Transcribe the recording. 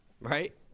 Right